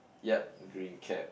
yup green cap